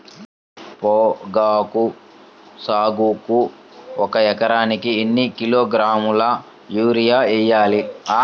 పొగాకు సాగుకు ఒక ఎకరానికి ఎన్ని కిలోగ్రాముల యూరియా వేయాలి?